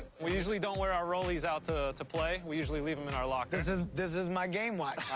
we usually don't wear our rollies out to to play. we usually leave them in our locker. this is this is my game watch.